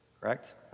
Correct